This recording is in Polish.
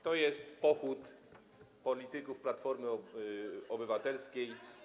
To jest pochód polityków Platformy Obywatelskiej.